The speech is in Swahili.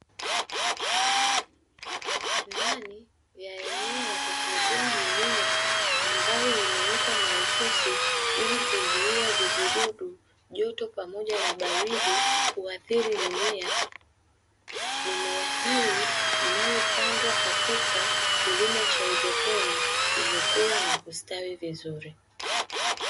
Ndani ya eneo la kukuzia mimea ambalo limewekwa mahususi ili kuzuia vijidudu, joto pamoja na baridi kuathili mimea, mimea hii inayopandwa katika kilimo cha haidroponi imekua na kustawi vizuri.